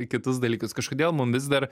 kitus dalykus kažkodėl mum vis dar